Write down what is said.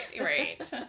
right